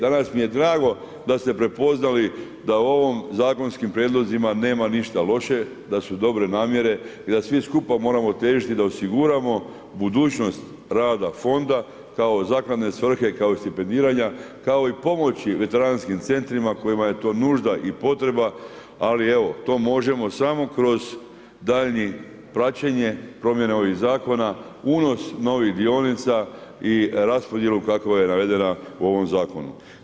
Danas mi je drago da ste prepoznali da u ovim zakonskim prijedlozima nema ništa loše, da su dobre namjere i da svi skupa moramo težiti, da osiguramo, budućnost rada fonda, kao zakladne svrhe kao i stipendiranja, kao i pomoći veteranskim centrima, kojima je to nužda i potreba, ali evo, to možemo samo kroz daljnje praćenje, promjene ovih zakona, unos novih dionica i raspodjela kakva je navedena u ovom zakonu.